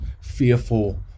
fearful